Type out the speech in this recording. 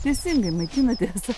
teisingai maitinatės